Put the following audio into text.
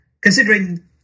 Considering